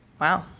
wow